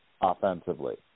offensively